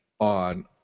on